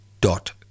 dot